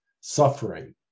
suffering